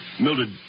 Mildred